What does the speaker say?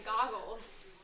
goggles